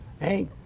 hey